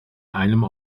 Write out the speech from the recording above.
einem